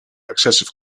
excessive